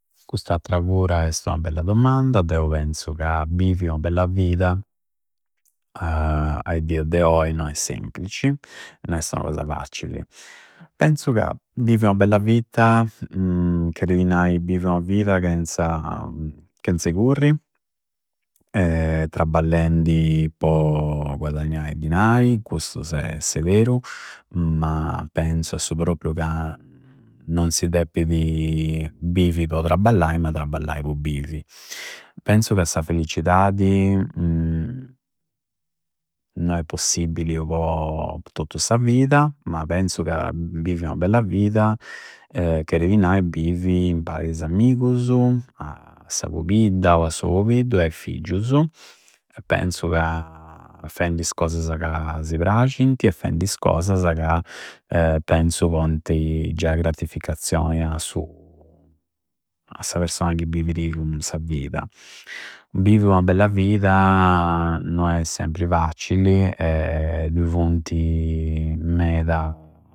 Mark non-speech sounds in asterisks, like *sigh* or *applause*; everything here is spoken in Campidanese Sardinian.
Cust'attra pura esti ua bella dommanda. Deu penzu ca bivvi ua bella vida ae dia de oi no è semplicci, no esti ua cosa faccilli. Penzu ca bivi ua bella vita *hesitation* cheridi nai bivi ua vida chenza, chenza curri e trabballendi po guadagnai dinai, custu se beru. Ma penzu a su prorpiu ca non si deppidi bivi po trabballai, ma trabballai po bivi. Penzu ca sa felliccidadi no è possibbili po tottu sa vida, ma penzu ca bivi ua bella vida cheridi nai bivi impari a is amigusu, a sa pobidda o su pobiddu e figgiusu. Penzu ca fendi is cosasa ca si prascinti e fendi is cosasa ca penzu pointi giai gratificazioni a su, a sa persona chi bividi sa vida. Bivi ua bella vida no è sempri facili *hesitation* dui funti meda.